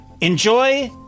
Enjoy